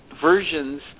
versions